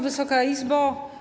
Wysoka Izbo!